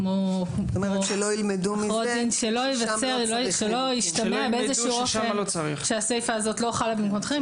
שלא ישתמע באיזשהו אופן שהסיפה הזאת לא חלה במקומות אחרים.